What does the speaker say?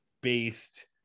based